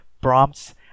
prompts